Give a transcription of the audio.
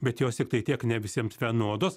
bet jos tiktai tiek ne visiems vienodos